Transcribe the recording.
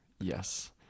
Yes